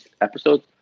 episodes